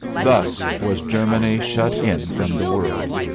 thus was germany shut in from the world.